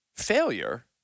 failure